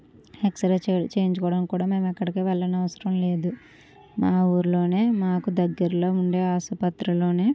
x ray చేయించుకోవడం కూడా మేము ఎక్కడికి వెళ్ళనవసరం లేదు మా ఊర్లోనే మాకు దగ్గరలో ఉండే ఆసుపత్రిలోనే